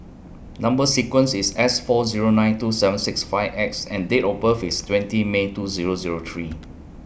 Number sequence IS S four Zero nine two seven six five X and Date of birth IS twenty May two Zero Zero three